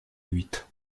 huit